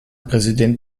präsident